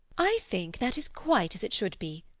i think that is quite as it should be.